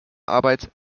arbeit